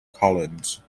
collins